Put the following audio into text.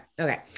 okay